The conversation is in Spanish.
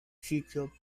sitio